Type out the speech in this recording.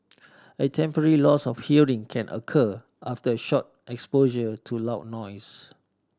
a temporary loss of hearing can occur after a short exposure to loud noise